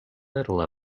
little